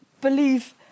believe